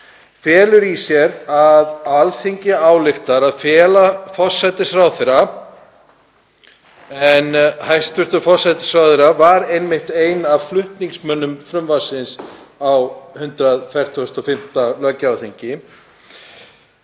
felur í sér að Alþingi álykti að fela forsætisráðherra — en hæstv. forsætisráðherra var einmitt ein af flutningsmönnum frumvarpsins á 145. löggjafarþingi